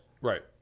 Right